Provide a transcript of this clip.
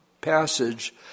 passage